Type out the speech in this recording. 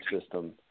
system